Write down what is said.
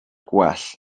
gwell